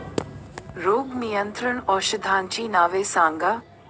रोग नियंत्रण औषधांची नावे सांगा?